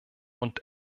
und